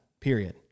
period